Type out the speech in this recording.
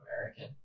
american